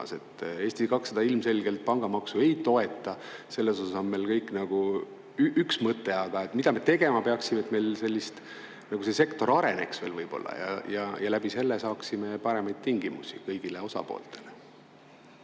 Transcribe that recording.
Eesti 200 ilmselgelt pangamaksu ei toeta, selles osas on meil kõigil nagu üks mõte. Aga mida me tegema peaksime, et meil sellist…, või kui see sektor veel areneks võib-olla ja läbi selle saaksime luua paremaid tingimusi kõigi osapoolte